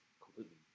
completely